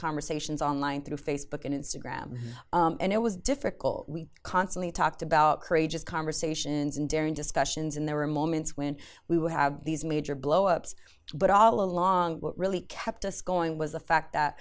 conversations online through facebook and instagram and it was difficult we constantly talked about courageous conversations and daring discussions and there were moments when we would have these major blow ups but all along what really kept us going was the fact that